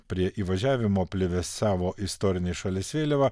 prie įvažiavimo plevėsavo istorinė šalies vėliava